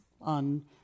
on